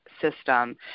system